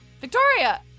Victoria